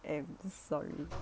am sorry